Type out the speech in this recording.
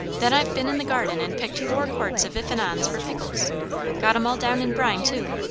then i've been in the garden and picked four quarts of ifs-and-ons for pickles got em all down in brine, too.